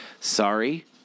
Sorry